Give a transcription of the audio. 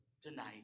tonight